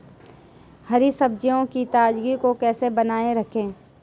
हरी सब्जियों की ताजगी को कैसे बनाये रखें?